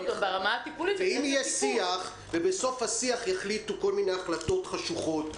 אם יש שיח ובסוף השיח יחליטו כל מיני החלטות חשוכות,